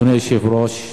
אדוני היושב-ראש,